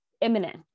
imminent